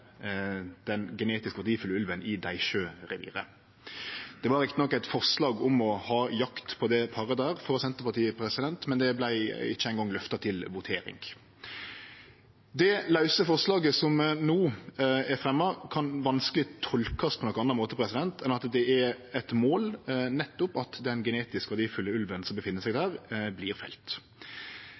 den genetisk verdifulle ulven i Deisjø-reviret. Det var rett nok eit forslag frå Senterpartiet om å ha jakt på det paret, men det vart ikkje eingong løfta til votering. Det lause forslaget som no er fremja, kan vanskeleg tolkast på nokon annan måte enn at det er eit mål nettopp at den genetisk verdifulle ulven som er der, vert felt.